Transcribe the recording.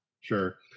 Sure